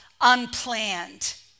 unplanned